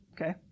okay